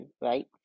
right